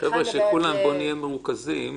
מה שעלה בזמנו ממשרד האוצר זה שרוב המכרזים הם מכרזי רכש ומתן